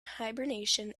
hibernation